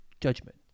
judgment